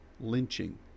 lynching